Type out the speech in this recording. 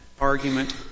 argument